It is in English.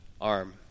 arm